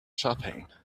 shopping